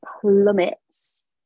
plummets